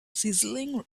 sizzling